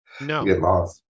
No